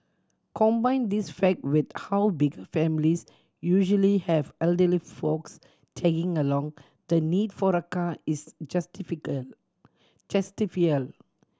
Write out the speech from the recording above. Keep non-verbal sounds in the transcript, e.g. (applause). combine this fact with how bigger families usually have elderly folks tagging along the need for a car is (unintelligible)